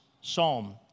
psalm